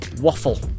waffle